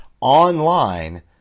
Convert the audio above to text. online